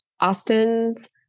Austin's